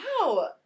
wow